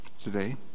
today